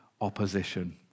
opposition